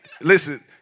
Listen